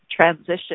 transition